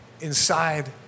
inside